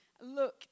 look